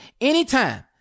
anytime